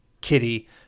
kitty